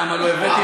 למה לא הבאת משהו?